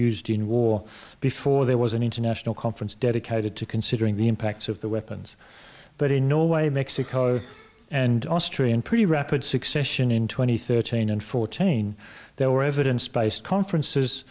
used in war before there was an international conference dedicated to considering the impacts of the weapons but in no way mexico and austrian pretty rapid succession in two thousand and thirteen and fourteen there were evidence based conferences